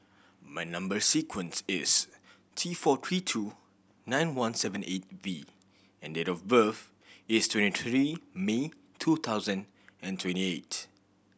number sequence is T four three two nine one seven eight V and date of birth is twenty three May two thousand and twenty eight